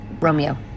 Romeo